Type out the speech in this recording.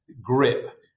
Grip